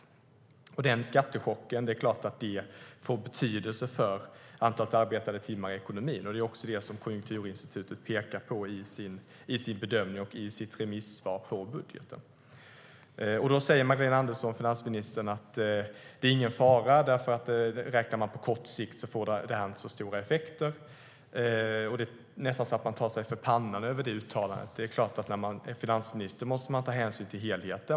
Det är klart att den skattechocken får betydelse för antalet arbetade timmar i ekonomin. Det är också det som Konjunkturinstitutet pekar på i sin bedömning och i sitt remissvar på budgeten. Finansminister Magdalena Andersson säger att det inte är någon fara; om man räknar på kort sikt blir det inte så stora effekter. Det är nästan så att man tar sig för pannan över det uttalandet. Det är klart att en finansminister måste ta hänsyn till helheten.